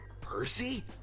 Percy